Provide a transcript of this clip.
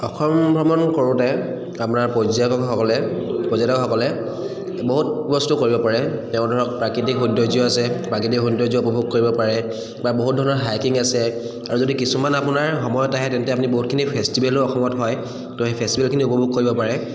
অসম ভ্ৰমণ কৰোঁতে আপোনাৰ পৰ্যটকসকলে পৰ্যটকসকলে বহুত বস্তু কৰিব পাৰে তেওঁ ধৰক প্ৰাকৃতিক সৌন্দৰ্য আছে প্ৰাকৃতিক সৌন্দৰ্য উপভোগ কৰিব পাৰে বা বহুত ধৰণৰ হাইকিং আছে আৰু যদি কিছুমান আপোনাৰ সময়ত আহে তেন্তে আপুনি বহুতখিনি ফেষ্টিভেলো অসমত হয় তো সেই ফেষ্টিভেলখিনি উপভোগ কৰিব পাৰে